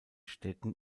städten